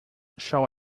shall